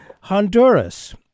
Honduras